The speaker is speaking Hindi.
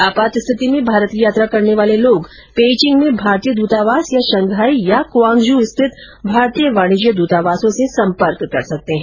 आपात स्थिति में भारत की यात्रा करने वाले लोग पेइचिंग में भारतीय दूतावास अथवा शंघाई या क्वांग्जू स्थित भारतीय वाणिज्य दूतावासों से संपर्क कर सकते हैं